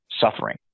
suffering